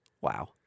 Wow